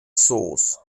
source